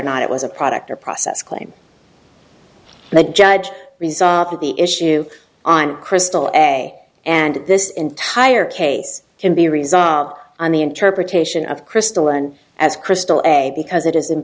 not it was a product or process claim the judge resolve the issue on crystal a and this entire case can be resolved on the interpretation of crystal and as crystal a because it is